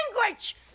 language